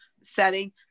setting